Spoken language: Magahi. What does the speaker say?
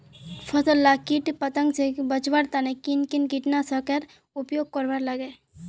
फसल लाक किट पतंग से बचवार तने किन किन कीटनाशकेर उपयोग करवार लगे?